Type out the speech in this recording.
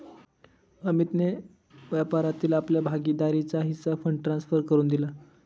अमितने व्यापारातील आपला भागीदारीचा हिस्सा फंड ट्रांसफर करुन दिला